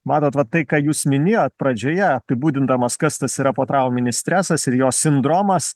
matot va tai ką jūs minėjot pradžioje apibūdindamas kas tas yra potrauminis stresas ir jo sindromas